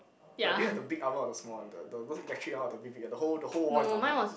like they have the peak hour on the small on the the those electric one or the big big one the whole the whole wall is double